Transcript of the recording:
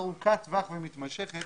ארוכת טווח ומתמשכת